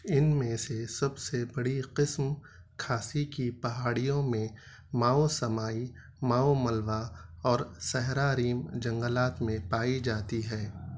ان میں سے سب سے بڑی قسم کھاسی کی پہاڑیوں میں ماؤسمائی ماؤملوہ اور سہراریم جنگلات میں پائی جاتی ہے